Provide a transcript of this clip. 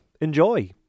enjoy